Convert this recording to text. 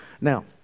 now